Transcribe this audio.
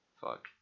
fuck